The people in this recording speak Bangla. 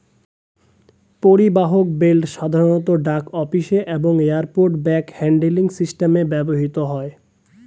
পরিবাহক বেল্ট সাধারণত ডাক অফিসে এবং এয়ারপোর্ট ব্যাগ হ্যান্ডলিং সিস্টেমে ব্যবহৃত হয়